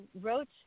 wrote